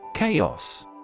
Chaos